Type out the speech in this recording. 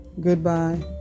goodbye